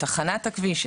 את הכנת הכביש,